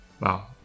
Wow